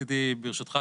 רציתי ברשותך,